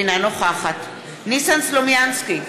אינה נוכחת ניסן סלומינסקי,